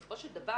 בסופו של דבר